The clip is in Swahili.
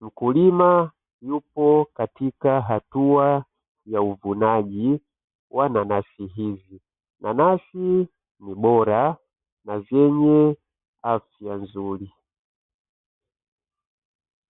mkulima yupo katika hatua ya uvunaji wa nanasi hizi, nanasi ni bora na zenye afya nzuri.